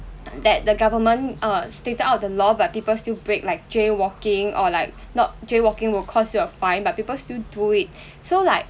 that the government uh stated out the law but people still break like jaywalking or like not jaywalking will cause you a fine but people still do it so like